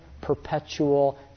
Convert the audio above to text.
perpetual